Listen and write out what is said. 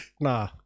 Nah